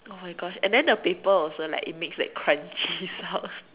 !oh-my-gosh! and then the paper also like it makes the crunchy sound